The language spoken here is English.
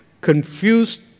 Confused